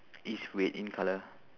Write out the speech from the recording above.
is red in colour